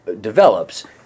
develops